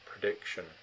prediction